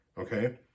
okay